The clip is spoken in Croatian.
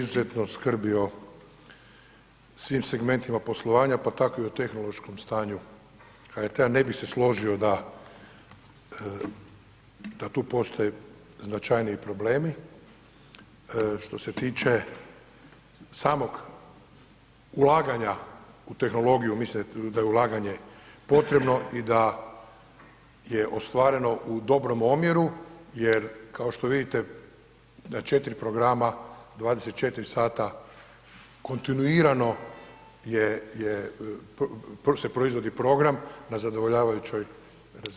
HRT izuzetno skrbi o svim segmentima poslovanja, pa tako i o tehnološkom stanju HRT-a, ne bi se složio da, da tu postoje značajniji problemi, što se tiče samog ulaganja u tehnologiju, mislim da je ulaganje potrebno i da je ostvareno u dobrom omjeru jer kao što vidite da 4 programa 24 sata kontinuirano je, je, se proizvodi program na zadovoljavajućoj razini.